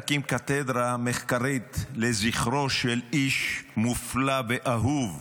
להקים קתדרה מחקרית לזכרו של איש מופלא ואהוב,